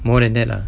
more than that lah